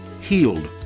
healed